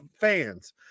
fans